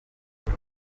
ati